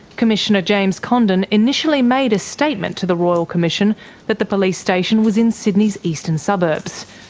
commissioner james condon initially made a statement to the royal commission that the police station was in sydney's eastern suburbs.